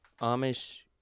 Amish